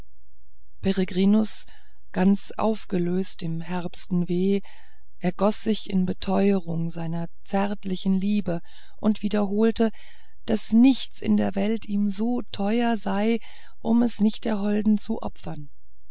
peregrinus ganz aufgelöst im herbsten weh ergoß sich in beteurungen seiner zärtlichsten liebe und wiederholte daß nichts in der welt ihm so teuer sei um es nicht der holden zu opfern